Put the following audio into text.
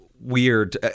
weird